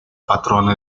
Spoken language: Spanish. patrona